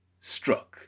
struck